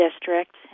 district